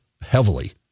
heavily